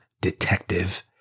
detective